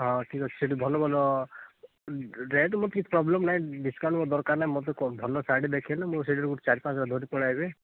ହଁ ଠିକ୍ଅଛି ସେଠି ଭଲ ଭଲ ରେଟ୍ ମୋର କିଛି ପ୍ରୋବ୍ଲେମ୍ ନାଇ ଡିସକାଉଣ୍ଟ ମୋର ଦରକାର ନାଇଁ ମୋତେ କଣ ଭଲ ଶାଢ଼ୀ ଦେଖେଇଲେ ମୁଁ ସେଇଥିରୁ ଚାରି ପାଞ୍ଚଟା ଧରି ପଳେଇଆଇବି